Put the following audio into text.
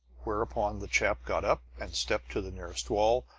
whereupon the chap got up and stepped to the nearest wall,